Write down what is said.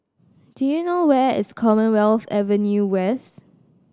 do you know where is Commonwealth Avenue West